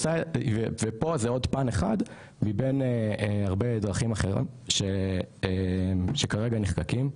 ופה זה עוד פן אחד מבין הרבה דרכים אחרים שכרגע נחקקים.